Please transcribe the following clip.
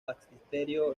baptisterio